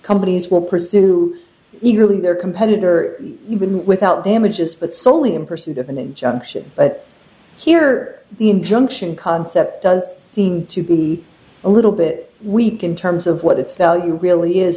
companies will pursue eagerly their competitor even without damages but solely in pursuit of an injunction but here the injunction concept does seem to be a little bit weak in terms of what its value really is